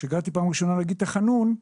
כשהגעתי פעם ראשונה להגיד תחנון,